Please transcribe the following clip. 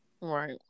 Right